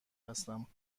هستم